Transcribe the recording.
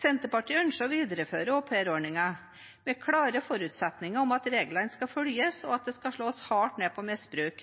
Senterpartiet ønsker å videreføre aupairordningen, med klare forutsetninger om at reglene skal følges, og at det skal slås hardt ned på misbruk.